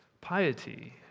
piety